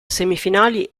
semifinali